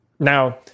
Now